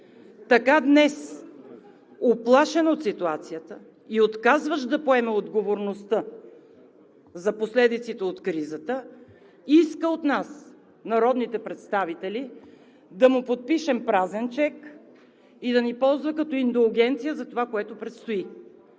така днес, уплашен от ситуацията и отказващ да поеме отговорността за последиците от кризата, иска от нас, народните представители, да му подпишем празен чек и да ни ползва като индулгенция за това, което предстои